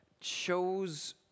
shows